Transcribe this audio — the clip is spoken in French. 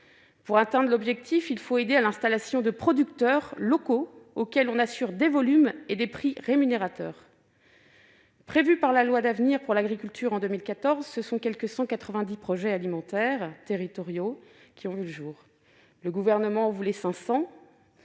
Pour atteindre l'objectif, il faut aider à l'installation de producteurs locaux et leur assurer des volumes et des prix rémunérateurs. Prévus par la loi d'avenir pour l'agriculture en 2014, quelque 190 projets alimentaires territoriaux (PAT) ont vu le jour. Le Gouvernement en voulait 500,